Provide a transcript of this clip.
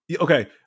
Okay